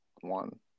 one